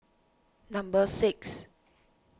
number six